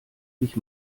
mich